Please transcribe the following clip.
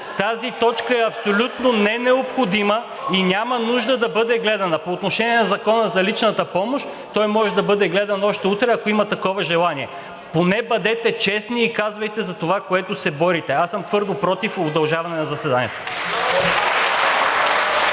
Тази точка абсолютно не е необходима и няма нужда да бъде гледана. По отношение на Закона за личната помощ, той може да бъде гледан още утре, ако има такова желание. Поне бъдете честни и казвайте това, за което се борите. Аз съм твърдо против удължаването на заседанието.